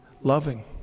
loving